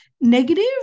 negative